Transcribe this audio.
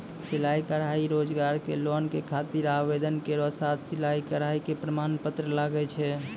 सिलाई कढ़ाई रोजगार के लोन के खातिर आवेदन केरो साथ सिलाई कढ़ाई के प्रमाण पत्र लागै छै?